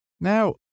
Now